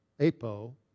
Apo